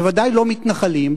בוודאי לא מתנחלים.